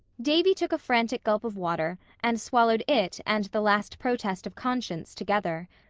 davy took a frantic gulp of water and swallowed it and the last protest of conscience together.